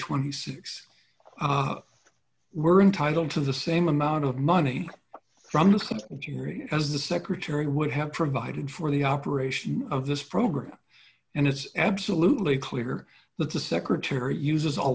twenty six we're entitled to the same amount of money from the same as the secretary would have provided for the operation of this program and it's absolutely clear that the se